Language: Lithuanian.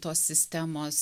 tos sistemos